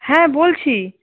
হ্যাঁ বলছি